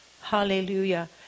Hallelujah